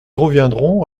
reviendrons